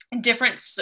different